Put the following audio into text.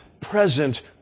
present